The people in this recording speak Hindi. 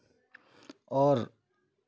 और